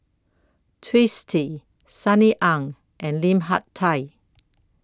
Twisstii Sunny Ang and Lim Hak Tai